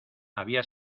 había